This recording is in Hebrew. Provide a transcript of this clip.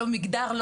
לא מגדר,